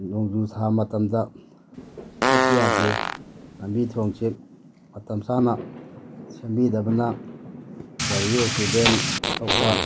ꯅꯣꯡꯖꯨꯊꯥ ꯃꯇꯝꯗ ꯆꯠꯄ ꯌꯥꯗꯦ ꯂꯝꯕꯤ ꯊꯣꯡꯁꯦ ꯃꯇꯝ ꯆꯥꯅ ꯁꯦꯝꯕꯤꯗꯕꯅ ꯒꯥꯔꯤ ꯑꯦꯛꯁꯤꯗꯦꯟ ꯊꯣꯛꯄ